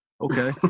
Okay